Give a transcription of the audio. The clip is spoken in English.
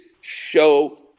show